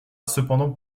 cependant